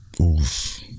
Oof